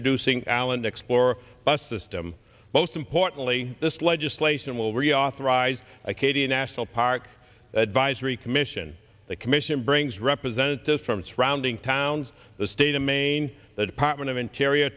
reducing al and explore the system most importantly this legislation will reauthorize acadia national park advisory commission the commission brings representatives from surrounding towns the state of maine the department of interior